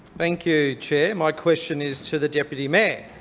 thank you, chair. my question is to the deputy mayor.